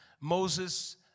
Moses